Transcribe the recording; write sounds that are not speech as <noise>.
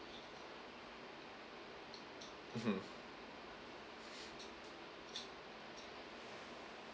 mmhmm <breath>